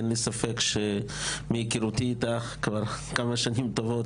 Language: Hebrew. אין לי ספק שמהיכרותי אתך כבר כמה שנים טובות,